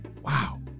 Wow